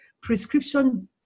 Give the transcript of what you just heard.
prescription